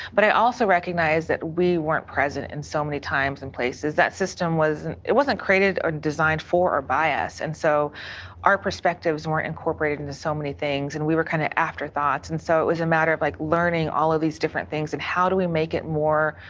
but, i also recognized that we weren't present in so many times and places. that system wasn't created or designed for or by us, and so our perspectives weren't incorporated into so many things, and we were kind of after thoughts. and so it was a matter of, like, learning all of these different things and how do we make it more,